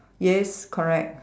yes correct